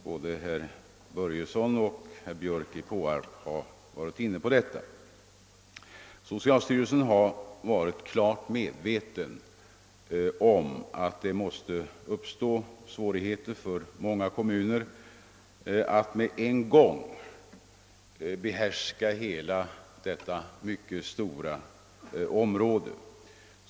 Både herr Börjesson i Falköping och herr Björk i Påarp har varit inne på detta. Socialstyrelsen har varit klart medveten om att det måste uppstå svårigheter för många kommuner att på en gång behärska hela detta mycket stora område.